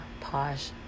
posh